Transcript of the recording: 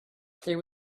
there